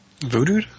Voodoo